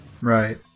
Right